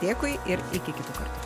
dėkui ir iki kitų kartų